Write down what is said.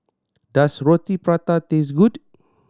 does Roti Prata taste good